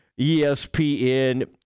espn